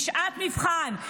בשעת מבחן,